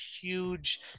huge